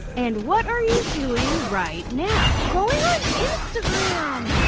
and what are you doing right now? going on instagram!